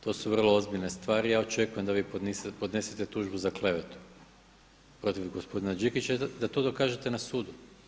To su vrlo ozbiljne stvari i ja očekujem da vi podnesete tužbu za klevetu protiv gospodina Đikića i da to dokažete na sudu.